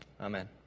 Amen